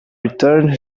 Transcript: return